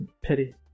Pity